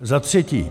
Zatřetí.